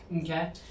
Okay